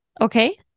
Okay